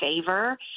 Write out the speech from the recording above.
favor